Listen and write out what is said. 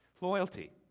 Loyalty